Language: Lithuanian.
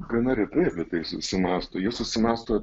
gana retai apie tai susimąsto jie susimąsto